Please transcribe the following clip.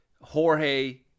Jorge